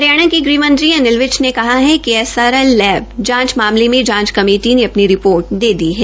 हरियाणा के गृहमंत्री अनिल विज ने कहा है कि एसएलआर लैब जांच मामले में जांच कमेटी ने अपनी रिपोर्ट दे दी है